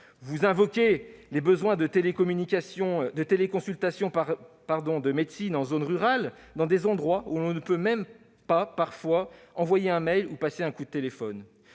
Vous invoquez les besoins de téléconsultations de médecine en zone rurale dans des endroits où l'on ne peut parfois même pas envoyer un mail ou passer un coup de téléphone.